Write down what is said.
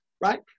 right